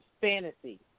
fantasy